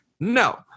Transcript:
No